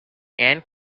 and